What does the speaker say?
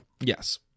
Yes